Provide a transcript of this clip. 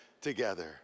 together